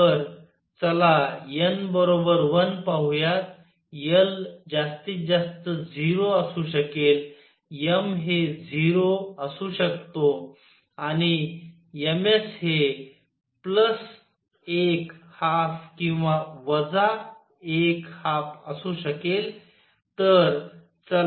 तर चला n 1 पाहुयात l जास्तीत जास्त 0 असू शकेल m हे 0 असू शकतो आणि ms हे एक हाल्फ किंवा वजा एक हाल्फ असू शकेल